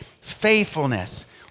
Faithfulness